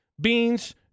beans